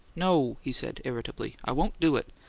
no, he said, irritably. i won't do it!